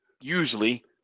usually